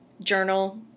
journal